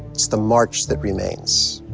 it's the march that remains.